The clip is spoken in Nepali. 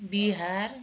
बिहार